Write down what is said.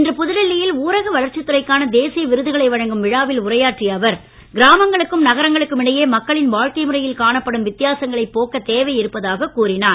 இன்று புதுடில்லியில் ஊரக வளர்ச்சித் துறைக்கான தேசிய விருதுகளை வழங்கும் விழாவில் உரையாற்றிய அவர் கிராமங்களுக்கும் நகரங்களுக்கும் இடையே மக்களின் வாழ்க்கை முறையில் காணப்படும் வித்தியாசங்களைப் போக்கத் தேவை இருப்பதாகக் கூறினார்